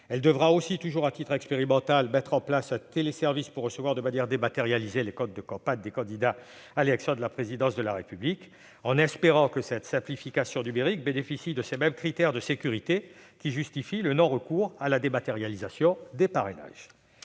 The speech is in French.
Elle devra aussi, toujours à titre expérimental, mettre en place un téléservice pour recevoir de manière dématérialisée les comptes de campagne des candidats à l'élection présidentielle. J'espère que cette simplification numérique bénéficiera des mêmes critères de sécurité qui justifient le non-recours à la dématérialisation des parrainages.